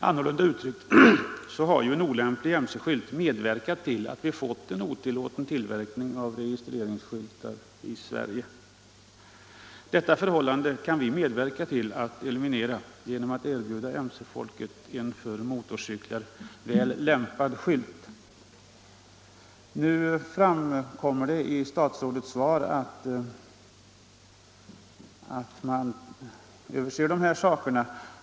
En olämplig mce-skylt har alltså bidragit till att vi fått en otillåten tillverkning av registreringsskyltar här i Sverige. Detta förhållande kan vi medverka till att eliminera genom att erbjuda mce-folket en för motorcyklar väl lämpad skylt. Det framgår av statsrådets svar att denna fråga är föremål för översyn.